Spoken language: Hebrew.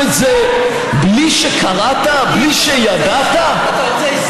אם מותר לי,